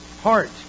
heart